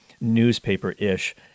newspaper-ish